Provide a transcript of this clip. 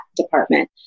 department